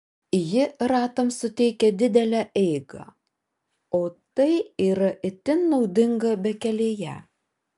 ji ratams suteikia didelę eigą o tai yra itin naudinga bekelėje